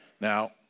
Now